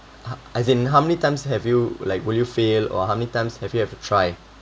as in how many times have you like will you fail or how many times have you ever try